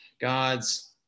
God's